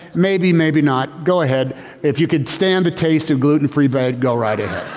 maybe? maybe not. go ahead if you could stand the taste of gluten free bread. go right ah